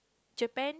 Japan